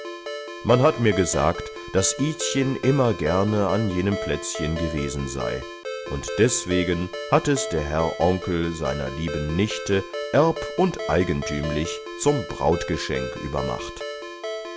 man hat mir gesagt daß idchen immer gerne an jenem plätzchen gewesen sei und deswegen hat es der herr onkel seiner lieben nichte erb und eigentümlich zum brautgeschenk übermacht